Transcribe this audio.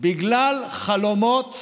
בגלל חלומות